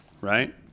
right